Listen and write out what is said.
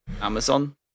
Amazon